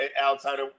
outside